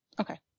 Okay